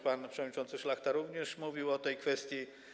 Pan przewodniczący Szlachta również już mówił o tej kwestii.